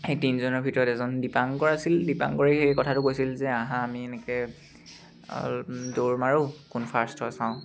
সেই তিনজনৰ ভিতৰত এজন দীপাংকৰ আছিল দীপাংকৰেই সেই কথাটো কৈছিল যে আহা আমি এনেকে দৌৰ মাৰোঁ কোন ফাৰ্ষ্ট হয় চাওঁ